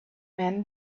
man